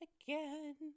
again